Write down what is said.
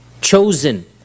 chosen